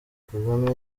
kagame